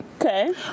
Okay